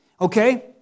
Okay